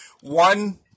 One